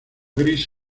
gris